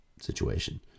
situation